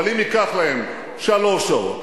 אבל אם ייקח להם שלוש שעות,